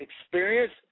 experience